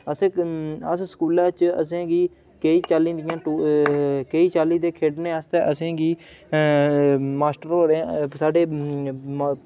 अस स्कुलै च असें गी केईं चाल्ली दी केईं चाल्ली दी खेढ़ां खेढ़ने आस्तै असें गी मास्टरें होरें साढ़े पीटी मास्टर होर